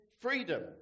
freedom